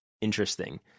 interesting